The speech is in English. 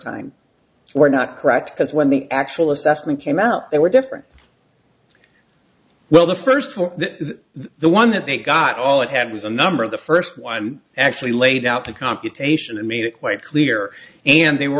time we're not correct because when the actual assessment came out they were different well the first four the one that they got all it had was a number of the first why i'm actually laid out the computation and made it quite clear and they were